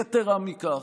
יתרה מזו,